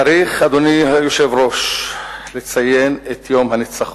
צריך, אדוני היושב-ראש, לציין את יום הניצחון,